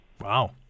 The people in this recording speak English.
Wow